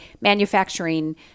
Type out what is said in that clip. manufacturing